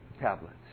tablets